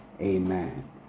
Amen